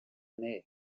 anezhe